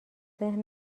ذهنم